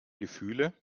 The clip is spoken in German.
gefühle